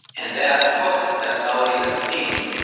and that hook, that melody, that theme,